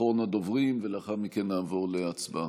אחרון הדוברים, ולאחר מכן נעבור להצבעה.